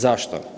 Zašto?